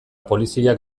poliziak